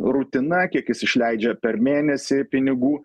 rutina kiek jis išleidžia per mėnesį pinigų